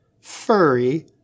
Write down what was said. furry